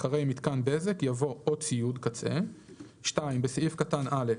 אחרי "מיתקן בזק" יבוא "או ציוד קצה"; (2)בסעיף קטן (א)